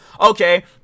Okay